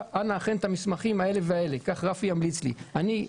את המסמכים האלה והאלה כי כך רפי המליץ לעשות.